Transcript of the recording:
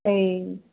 औइ